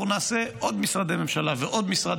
אנחנו נעשה עוד משרדי ממשלה ועוד משרד